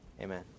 Amen